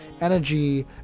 energy